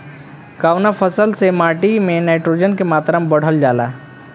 कवना फसल से माटी में नाइट्रोजन के मात्रा बढ़ावल जाला?